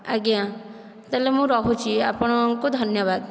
ଆଜ୍ଞା ତା'ହେଲେ ମୁଁ ରହୁଛି ଆପଣଙ୍କୁ ଧନ୍ୟବାଦ